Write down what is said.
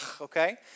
okay